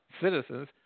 citizens